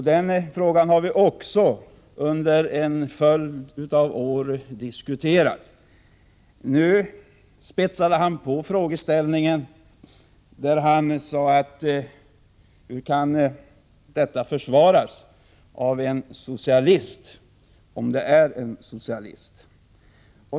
Den frågan har vi också diskuterat under en följd av år. Nu spetsade han till frågeställningen genom att fråga: Hur kan detta försvaras av en socialist — om det är en socialist?